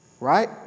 right